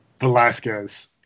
Velasquez